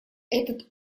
этот